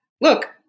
look